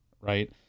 right